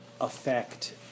affect